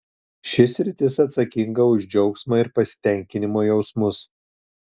ši sritis atsakinga už džiaugsmo ir pasitenkinimo jausmus